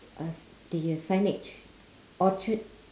uh the signage orchard